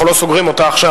אנחנו לא סוגרים אותה עכשיו,